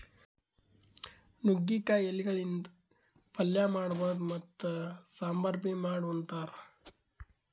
ನುಗ್ಗಿಕಾಯಿ ಎಲಿಗಳಿಂದ್ ಪಲ್ಯ ಮಾಡಬಹುದ್ ಮತ್ತ್ ಸಾಂಬಾರ್ ಬಿ ಮಾಡ್ ಉಂತಾರ್